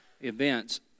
events